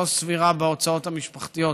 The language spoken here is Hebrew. לא סבירה בהוצאות המשפחתיות,